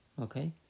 Okay